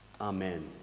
Amen